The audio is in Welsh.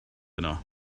yno